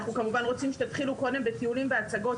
אנחנו כמובן רוצים שתתחילו קודם בטיולים והצגות,